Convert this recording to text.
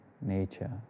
nature